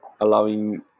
allowing